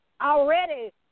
already